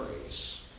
praise